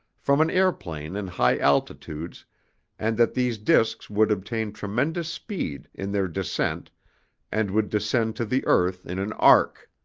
from an airplane in high altitudes and that these discs would obtain tremendous speed in their descent and would descend to the earth in an arc.